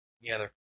together